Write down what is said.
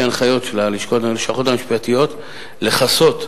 על שטחים נרחבים בלתי מנוצלים סמוך לכפר-ורדים.